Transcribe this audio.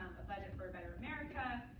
a budget for a better america.